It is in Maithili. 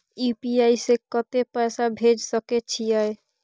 यु.पी.आई से कत्ते पैसा भेज सके छियै?